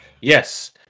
Yes